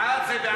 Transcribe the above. בעד זה בעד,